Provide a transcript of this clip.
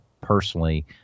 personally